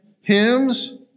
hymns